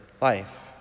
life